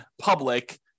public